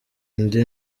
indi